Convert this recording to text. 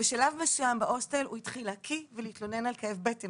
בשלב מסוים בהוסטל הוא התחיל להקיא ולהתלונן על כאב בטן.